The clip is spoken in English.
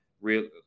real